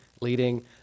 leading